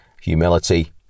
Humility